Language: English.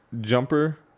jumper